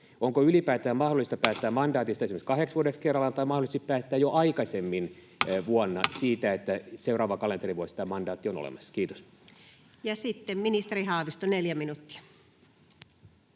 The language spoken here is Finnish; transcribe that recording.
koputtaa] mandaatista esimerkiksi kahdeksi vuodeksi kerrallaan tai mahdollisesti päättää jo aikaisempana vuotena siitä, että seuraavana kalenterivuotena tämä mandaatti on olemassa? — Kiitos. Ja sitten ministeri Haavisto, 4 minuuttia.